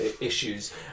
issues